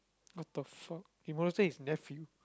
what the fuck he molested his nephew